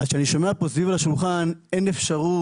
כשאני שומע פה סביב לשולחן: אין אפשרות,